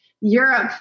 Europe